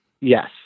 Yes